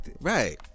Right